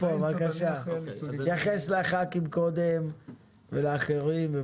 תתייחס קודם לשאלות של חברי הכנסת ולאחרים.